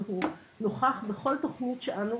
והוא נוכח בכל תוכנית שאנו